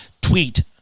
tweet